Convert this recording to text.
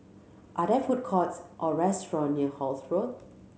are there food courts or restaurant near Holt Road